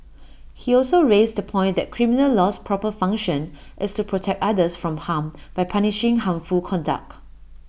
he also raised the point that criminal law's proper function is to protect others from harm by punishing harmful conduct